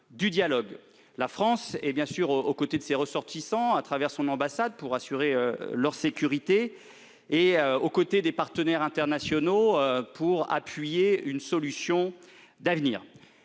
du dialogue. Elle est bien évidemment aux côtés de ses ressortissants, à travers son ambassade, pour assurer leur sécurité, et aux côtés de ses partenaires internationaux pour appuyer une solution d'avenir.